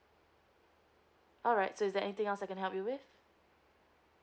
alright so is there anything else I can help you with